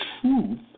truth